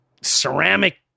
ceramic